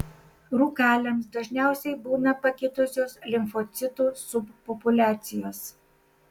rūkaliams dažniausiai būna pakitusios limfocitų subpopuliacijos